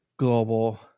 global